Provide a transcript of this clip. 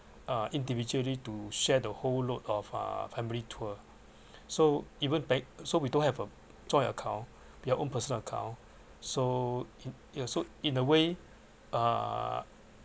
uh individually to share the whole load of uh family tour so even bank so we don't have a joint account we have own personal account so in so in a way uh